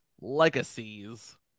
Legacies